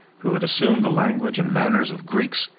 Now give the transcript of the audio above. who had assumed the language and manners of greeks,